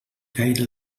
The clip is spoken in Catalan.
gaire